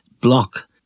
block